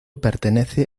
pertenece